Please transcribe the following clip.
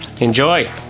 Enjoy